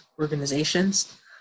organizations